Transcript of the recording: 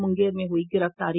मुंगेर में हुई गिरफ्तारी